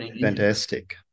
Fantastic